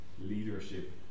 leadership